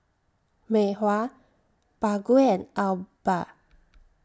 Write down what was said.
Mei Hua Baggu and Alba